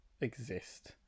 exist